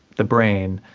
the brain,